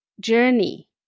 journey